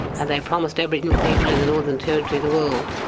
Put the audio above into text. and they promised aboriginal people in the northern territory the world,